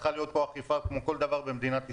צריכה להיות פה אכיפה כמו כל דבר במדינת ישראל.